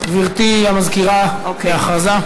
גברתי המזכירה, הודעה.